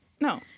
no